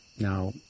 Now